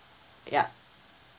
yup